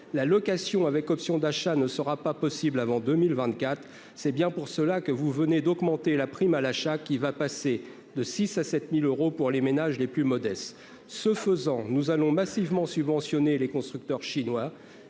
la location avec option d'achat ne sera pas possible avant 2024 c'est bien pour cela que vous venez d'augmenter la prime à l'achat qui va passer de 6 à 7000 euros pour les ménages les plus modestes, ce faisant, nous allons massivement subventionné les constructeurs chinois,